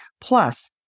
Plus